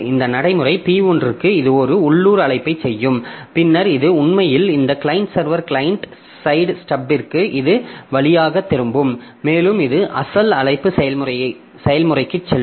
இந்த நடைமுறை P1 க்கு இது ஒரு உள்ளூர் அழைப்பைச் செய்யும் பின்னர் இது உண்மையில் இந்த கிளையன்ட் சர்வர் கிளையன்ட் சைட் ஸ்டப்பிற்கு இது வழியாகத் திரும்பும் மேலும் இது அசல் அழைப்பு செயல்முறைக்குச் செல்லும்